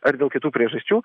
ar dėl kitų priežasčių